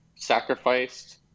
sacrificed